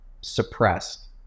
suppressed